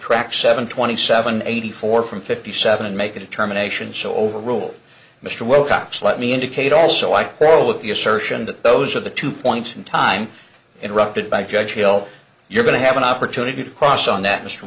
crack seven twenty seven eighty four from fifty seven and make a determination so overruled mr wilcox let me indicate also i quote with the assertion that those are the two points in time interrupted by judge hill you're going to have an opportunity to cross on that mr